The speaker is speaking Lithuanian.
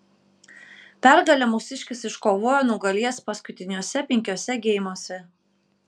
pergalę mūsiškis iškovojo nugalėjęs paskutiniuose penkiuose geimuose